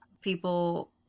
people